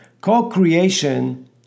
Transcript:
Co-creation